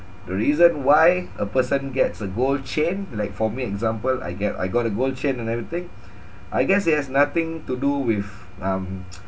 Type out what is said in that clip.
the reason why a person gets a gold chain like for me example I get I got a gold chain and everything I guess it has nothing to do with um